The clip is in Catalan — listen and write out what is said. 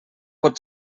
pot